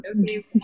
Okay